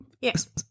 Yes